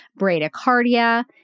bradycardia